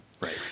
Right